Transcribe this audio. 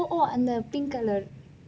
o அந்த:antha pink colour